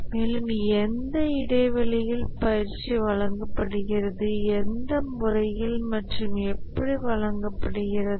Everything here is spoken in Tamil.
மேலும் எந்த இடைவெளியில் பயிற்சி வழங்கப்படுகிறது எந்த முறையில் மற்றும் எப்படி வழங்கப்படுகிறது